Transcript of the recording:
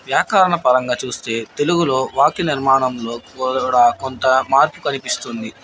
వ్యాకారణ పరంగా చూస్తే తెలుగులో వాక్య నిర్మాణంలో కూడా కొంత మార్పు కనిపిస్తుంది